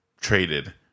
traded